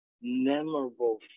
Memorable